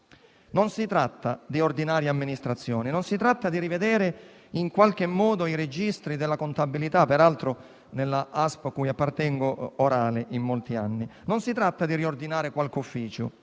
Non si tratta di ordinaria amministrazione; non si tratta di rivedere in qualche modo i registri della contabilità (che peraltro, nella ASP cui appartengo, è stata orale per molti anni); non si tratta di riordinare qualche ufficio;